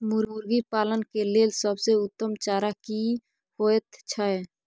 मुर्गी पालन के लेल सबसे उत्तम चारा की होयत छै?